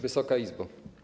Wysoka Izbo!